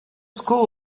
school